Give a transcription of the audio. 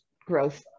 growth